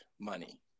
money